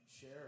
share